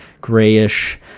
grayish